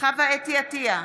חוה אתי עטייה,